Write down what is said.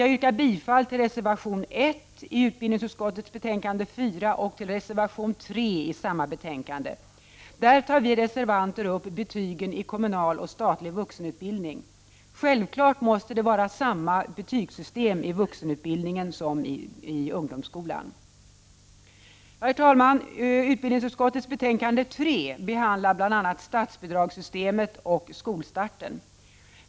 Jag yrkar bifall till reservation 1 i UbU4 och till reservation 3 i samma betänkande. Där tar vi reservanter upp betygen i kommunal och statlig vuxenutbildning. Självfallet måste det vara samma betygssystem i vuxenutbildningen som i ungdomsskolan. Herr talman! I UbU3 behandlas bl.a. statsbidragssystemet och skolstarten.